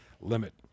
limit